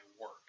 work